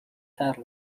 karl